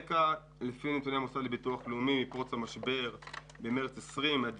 לפי נתוני המוסד לביטוח לאומי מפרוץ המשבר במרץ 2020 ועד